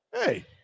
hey